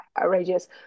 outrageous